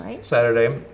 Saturday